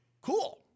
Cool